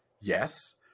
yes